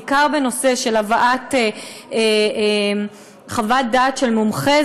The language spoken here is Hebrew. בעיקר בנושא של הבאת חוות דעת של מומחה,